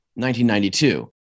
1992